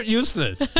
useless